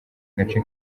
gace